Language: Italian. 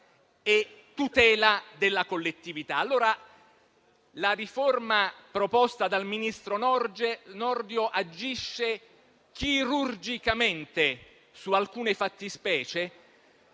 La riforma proposta dal ministro Nordio agisce chirurgicamente su alcune fattispecie